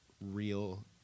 real